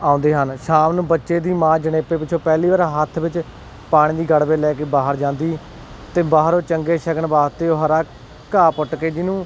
ਆਉਂਦੇ ਹਨ ਸ਼ਾਮ ਨੂੰ ਬੱਚੇ ਦੀ ਮਾਂ ਜਣੇਪੇ ਵਿੱਚੋਂ ਪਹਿਲੀ ਵਾਰ ਹੱਥ ਵਿੱਚ ਪਾਣੀ ਦੀ ਗੜਵੀ ਲੈ ਕੇ ਬਾਹਰ ਜਾਂਦੀ ਅਤੇ ਬਾਹਰੋਂ ਚੰਗੇ ਸ਼ਗਨ ਵਾਸਤੇ ਉਹ ਹਰਾ ਘਾਹ ਪੁੱਟ ਕੇ ਜਿਹਨੂੰ